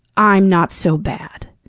i'm not so bad.